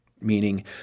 meaning